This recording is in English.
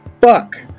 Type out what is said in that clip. Fuck